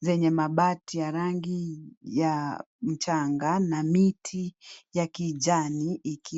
zenye mabati ya rangi ya mchanga na miti ya kijani iki.